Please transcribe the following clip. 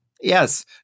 Yes